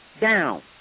down